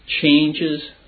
changes